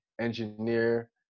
engineer